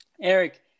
Eric